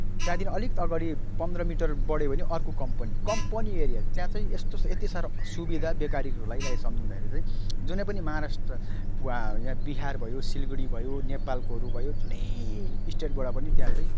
त्यहाँदेखि अलिक अगाडि पन्ध्र मिटर बढ्यो भने अर्को कम्पनी कम्पनी एरिया त्यहाँ चाहिँ यस्तो यति साह्रो सुविधा बेकारीहरूलाई सम्झिँदाखेरि चाहिँ जुनै पनि महाराष्ट्र यहाँ बिहार भयो सिलगढी भयो नेपालकोहरू भयो जुनै स्टेटबाट पनि त्यहाँ चाहिँ